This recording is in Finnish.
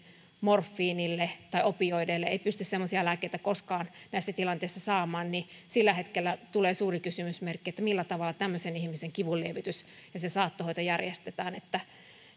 morfiinille tai opioideille ei pysty semmoisia lääkkeitä koskaan näissä tilanteissa saamaan eli sillä hetkellä tulee suuri kysymysmerkki millä tavalla tämmöisen ihmisen kivunlievitys ja se saattohoito järjestetään